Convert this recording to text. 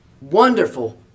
wonderful